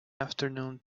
afternoon